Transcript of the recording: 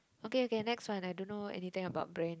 okay okay next one I don't know anything about brand